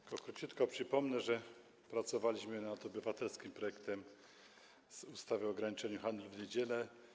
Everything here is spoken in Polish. Tylko króciutko przypomnę, że pracowaliśmy nad obywatelskim projektem ustawy o ograniczeniu handlu w niedziele.